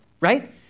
right